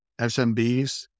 SMBs